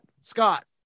Scott